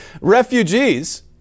refugees